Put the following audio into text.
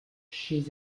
chez